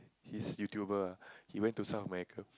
this YouTuber ah he went to South-America